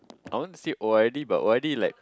I want say O_R_D but O_R_D like